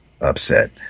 upset